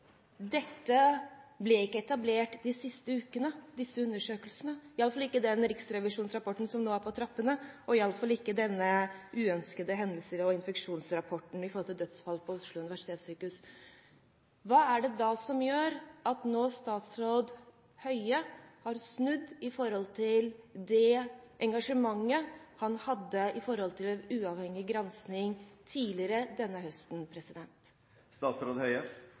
ble ikke etablert de siste ukene, iallfall ikke den riksrevisjonsrapporten som nå er på trappene, og heller ikke rapporten om dødsfall på grunn av uønskede hendelser og infeksjoner på Oslo universitetssykehus. Hva er det da som gjør at statsråd Høie nå har snudd i forhold til det engasjementet han hadde for å få en uavhengig gransking tidligere denne høsten?